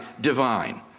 divine